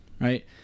right